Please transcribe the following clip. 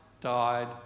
died